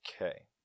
Okay